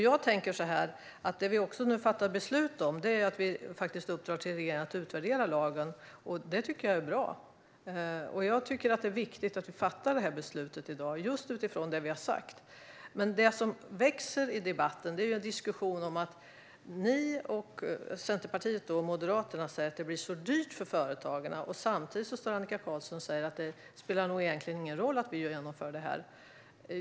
Jag tänker att det vi nu fattar beslut om också är att uppdra åt regeringen att utvärdera lagen. Det tycker jag är bra, och jag tycker att det är viktigt att vi fattar det här beslutet i dag utifrån det vi har sagt. Men det som växer i debatten är en diskussion om att ni i Centerpartiet och Moderaterna säger att det blir så dyrt för företagen. Samtidigt säger Annika Qarlsson att det nog egentligen inte spelar någon roll att vi genomför det här.